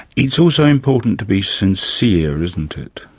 it's also important to be sincere, isn't it?